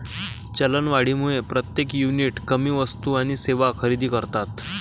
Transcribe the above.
चलनवाढीमुळे प्रत्येक युनिट कमी वस्तू आणि सेवा खरेदी करतात